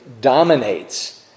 dominates